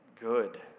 good